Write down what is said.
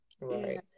Right